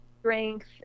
strength